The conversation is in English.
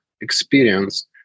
experience